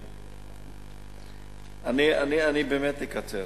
אדוני, אני באמת אקצר.